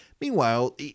Meanwhile